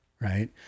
Right